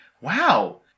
wow